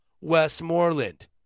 Westmoreland